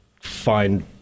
find